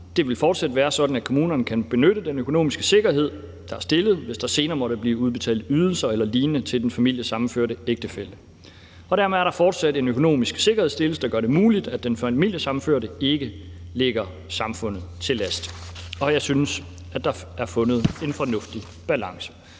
Det vil fortsat være sådan, at kommunerne kan benytte den økonomiske sikkerhed, der er stillet, hvis der senere måtte blive udbetalt ydelser eller lignende til den familiesammenførte ægtefælle. Og dermed er der fortsat en økonomisk sikkerhedsstillelse, der gør det muligt, at den familiesammenførte ikke ligger samfundet til last. Og jeg synes, at der er fundet en fornuftig balance.